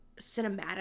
cinematic